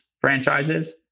franchises